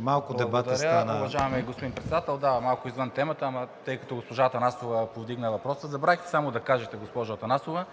Благодаря, уважаеми господин Председател! Малко извън темата, тъй като госпожа Атанасова повдигна въпроса. Забравихте само да кажете, госпожо Атанасова,